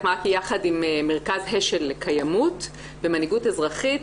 מעכי יחד עם מרכז --- לקיימות ומנהיגות אזרחית,